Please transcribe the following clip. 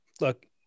look